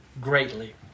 greatly